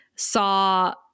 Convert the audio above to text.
saw